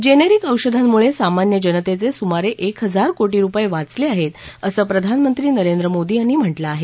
generic औषधांमुळे सामान्य जनतेचे सुमारे एक हजार कोटी रुपये वाचले आहेत असं प्रधानमंत्री नरेंद्र मोदी यांनी म्हटलं आहे